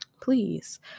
Please